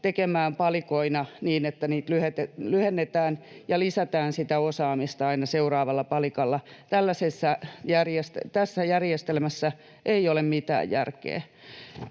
tekemään palikoina niin, että niitä lyhennetään ja lisätään sitä osaamista aina seuraavalla palikalla. Tässä järjestelmässä ei ole mitään järkeä,